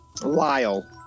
Lyle